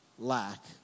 Lack